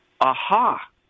aha